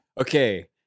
Okay